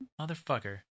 motherfucker